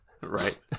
right